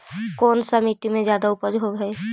कोन सा मिट्टी मे ज्यादा उपज होबहय?